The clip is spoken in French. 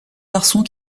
garçons